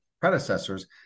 predecessors